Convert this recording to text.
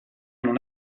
non